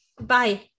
Bye